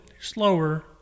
slower